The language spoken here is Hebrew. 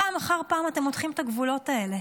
פעם אחר פעם אתם מותחים את הגבולות האלה,